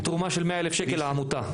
עם תרומה של 100,000 שקל לעמותה.